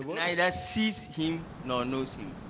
neither sees him nor knows him.